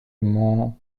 m’en